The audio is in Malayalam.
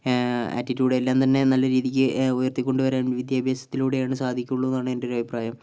ആറ്റിറ്റ്യൂഡ് എല്ലാം തന്നെ നല്ല രീതിക്ക് ഉയർത്തിക്കൊണ്ടുവരാൻ വിദ്യാഭ്യാസത്തിലൂടെയാണ് സാധിക്കുള്ളൂന്നാണ് എൻറെ ഒരു അഭിപ്രായം